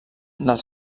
del